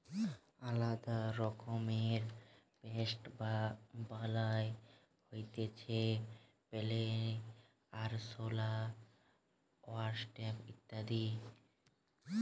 আলদা রকমের পেস্ট বা বালাই হতিছে ফ্লাই, আরশোলা, ওয়াস্প ইত্যাদি